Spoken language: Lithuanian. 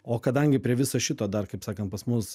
o kadangi prie viso šito dar kaip sakant pas mus